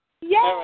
Yes